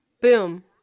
Boom